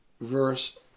verse